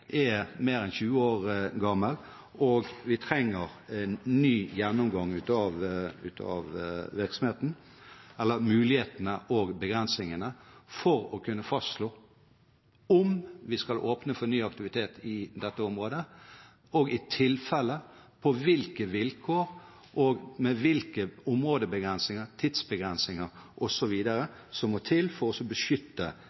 er mer enn 20 år gammel, og vi trenger en ny gjennomgang av mulighetene og begrensningene for å kunne fastslå om vi skal åpne for ny aktivitet i dette området, og – i tilfelle – hvilke vilkår og hvilke områdebegrensninger, tidsbegrensninger osv. som må til for å beskytte de ressursene og